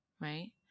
right